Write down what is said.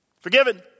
Forgiven